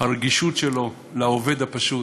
הרגישות שלו לעובד הפשוט,